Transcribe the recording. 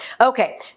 Okay